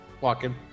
walking